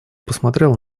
посмотрел